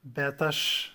bet aš